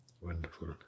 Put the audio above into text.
Wonderful